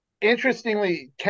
Interestingly